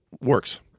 works